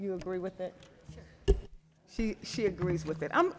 you agree with it she she agrees with it i'm